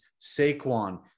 Saquon